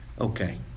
Okay